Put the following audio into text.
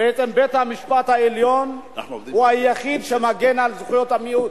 בית-המשפט העליון הוא היחיד שמגן על זכויות המיעוט,